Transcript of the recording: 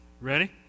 Ready